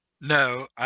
No